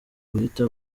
guhita